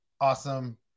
awesome